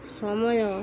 ସମୟ